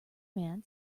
man